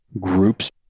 groups